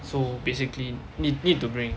so basically need need to bring